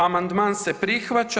Amandman se prihvaća.